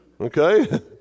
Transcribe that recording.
okay